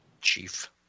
Chief